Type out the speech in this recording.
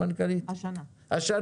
השנה.